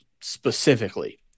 specifically